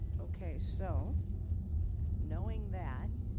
okay so knowing that